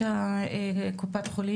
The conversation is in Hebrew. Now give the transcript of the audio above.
הוא קובע